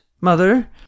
mother